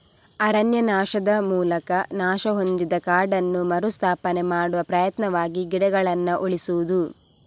ಅರಣ್ಯನಾಶದ ಮೂಲಕ ನಾಶ ಹೊಂದಿದ ಕಾಡನ್ನು ಮರು ಸ್ಥಾಪನೆ ಮಾಡುವ ಪ್ರಯತ್ನವಾಗಿ ಗಿಡಗಳನ್ನ ಉಳಿಸುದು